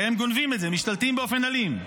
הרי הם גונבים את זה, משתלטים באופן אלים.